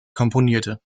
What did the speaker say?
komponierte